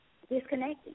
disconnecting